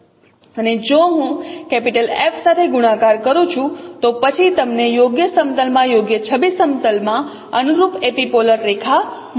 અને જો હું F સાથે ગુણાકાર કરું છું તો પછી તમને યોગ્ય સમતલ માં યોગ્ય છબી સમતલ માં અનુરૂપ એપિપોલર રેખા મળશે